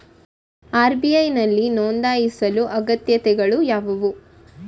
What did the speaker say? RBI ನಲ್ಲಿ ನೊಂದಾಯಿಸಲು ಅಗತ್ಯತೆಗಳು ಯಾವುವು?